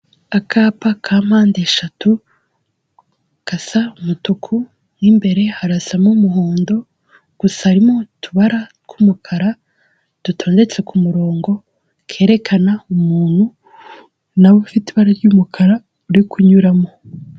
Akapa ka mpande eshatu, gasa umutuku mu imbere harasa n'umuhondo, gusa harimo utubara tw'umukara dutondetse k'umurongo, kerekana umuntu nawe ufite ibara ry'umukara uri kunyuramo.